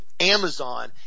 Amazon